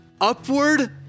Upward